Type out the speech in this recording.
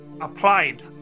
applied